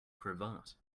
cravat